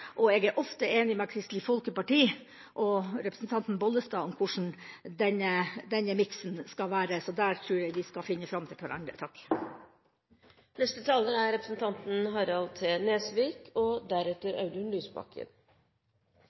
supplement. Jeg er ofte enig med Kristelig Folkeparti og representanten Bollestad om hvordan denne miksen skal være, så der tror jeg vi skal finne fram til hverandre. Det er